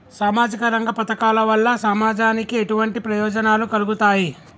సామాజిక రంగ పథకాల వల్ల సమాజానికి ఎటువంటి ప్రయోజనాలు కలుగుతాయి?